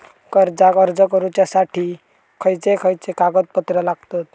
कर्जाक अर्ज करुच्यासाठी खयचे खयचे कागदपत्र लागतत